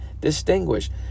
distinguished